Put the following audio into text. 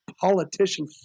politician